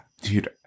Dude